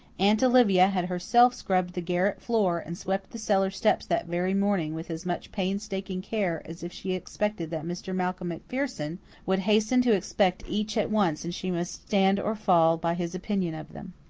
aunt olivia had herself scrubbed the garret floor and swept the cellar steps that very morning with as much painstaking care as if she expected that mr. malcolm macpherson would hasten to inspect each at once and she must stand or fall by his opinion of them.